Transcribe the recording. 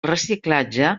reciclatge